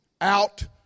out